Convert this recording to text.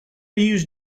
use